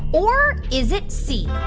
or is it c,